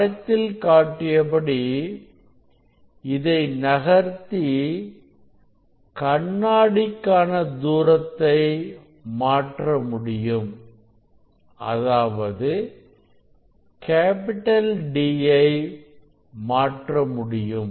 படத்தில் காட்டியபடி இதை நகர்த்தி கண்ணாடி கான தூரத்தை மாற்ற முடியும் அதாவது D ஐ மாற்றமுடியும்